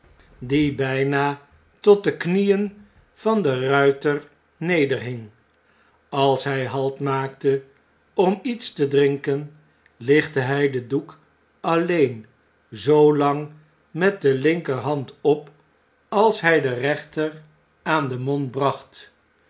die bpa tot de knieen van den ruiter nederhing als hij halt maakte om iets te drinken lichtte hij den doek alleen zoo lang met de linkerhand op als hjj de rechter aan den mond bracht